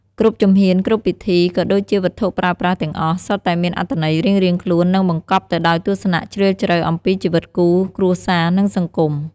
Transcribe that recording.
គ្រប់ជំហាន គ្រប់ពិធី ក៏ដូចជាវត្ថុប្រើប្រាស់ទាំងអស់សុទ្ធតែមានអត្ថន័យរៀងៗខ្លួន និងបង្កប់ទៅដោយទស្សនៈជ្រាលជ្រៅអំពីជីវិតគូ គ្រួសារ និងសង្គម។